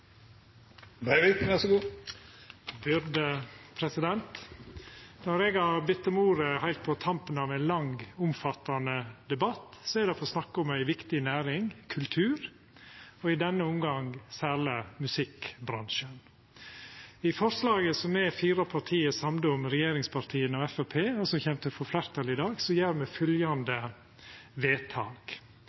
for å snakka om ei viktig næring: kultur, og i denne omgang særleg musikkbransjen. I forslaget som me fire partia er samde om – regjeringspartia og Fremskrittspartiet – og som kjem til å få fleirtal i dag, gjer me fylgjande vedtak: